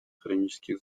хронических